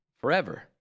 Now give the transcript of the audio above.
forever